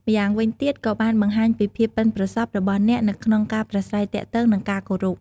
ម្យ៉ាងវិញទៀត ក៏បានបង្ហាញពីភាពប៉ិនប្រសប់របស់អ្នកនៅក្នុងការប្រាស្រ័យទាក់ទង និង ការគោរព។